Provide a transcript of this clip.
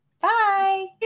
bye